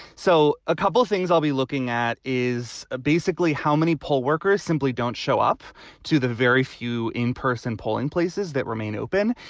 so a couple of things i'll be looking at is ah basically how many poll workers simply don't show up to the very few in-person polling places that remain open?